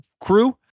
crew